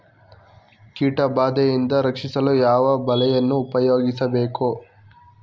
ಕೀಟಬಾದೆಯಿಂದ ರಕ್ಷಿಸಲು ಯಾವ ಬಲೆಯನ್ನು ಉಪಯೋಗಿಸಬೇಕು?